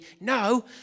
No